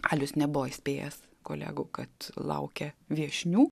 alius nebuvo įspėjęs kolegų kad laukia viešnių